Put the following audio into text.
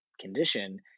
condition